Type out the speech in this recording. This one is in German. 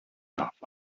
darf